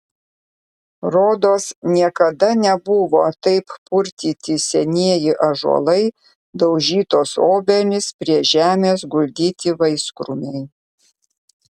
rodos niekada nebuvo taip purtyti senieji ąžuolai daužytos obelys prie žemės guldyti vaiskrūmiai